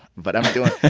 but i'm doing.